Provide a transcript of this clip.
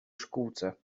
szkółce